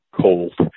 cold